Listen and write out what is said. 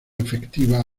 efectiva